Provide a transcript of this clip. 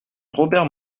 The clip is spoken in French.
robert